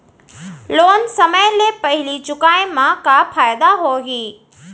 Loan समय ले पहिली चुकाए मा का फायदा होही?